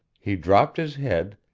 he dropped his head,